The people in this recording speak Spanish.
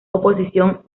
oposición